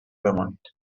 بمانید